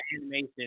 animation